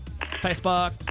Facebook